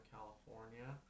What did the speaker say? California